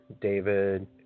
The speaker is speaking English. David